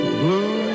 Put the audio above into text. blue